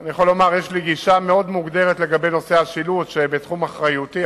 אני יכול לומר שיש לי גישה מאוד מוגדרת לנושא השילוט שבתחום אחריותי.